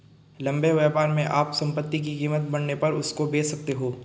लंबे व्यापार में आप संपत्ति की कीमत बढ़ने पर उसको बेच सकते हो